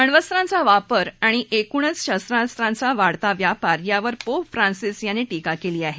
अण्वस्त्रांचा वापर आणि एकूणच शस्त्रास्त्रांचा वाढता व्यापार यावर पोप फ्रांसिस यांनी टिका केली आहे